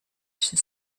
she